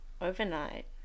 overnight